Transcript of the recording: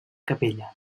capella